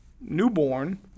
newborn